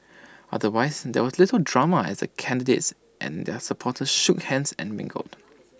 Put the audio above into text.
otherwise there was little drama as the candidates and their supporters shook hands and mingled